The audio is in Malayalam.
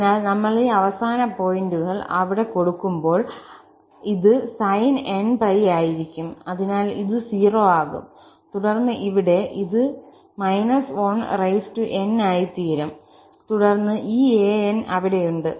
അതിനാൽ നമ്മൾ ഈ അവസാന പോയിന്റുകൾ അവിടെ കൊടുക്കുമ്പോൾ ഇത് sin nπ ആയിരിക്കും അതിനാൽ ഇത് 0 ആകും തുടർന്ന് ഇവിടെ അത് −1n ആയിത്തീരും തുടർന്ന് ഈ an′s അവിടെയുണ്ട്